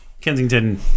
Kensington